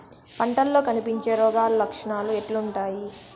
పంటల్లో కనిపించే రోగాలు లక్షణాలు ఎట్లుంటాయి?